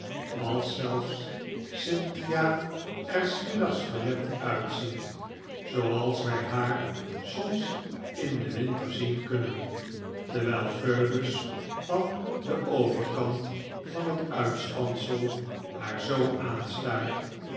als zelfs cynthia er s middags verlept uitziet zooals wij haar soms in den winter zien kunnen terwijl phoebus van den overkant van het uitspansel haar zoo aanstaart